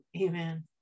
Amen